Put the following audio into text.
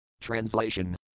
Translation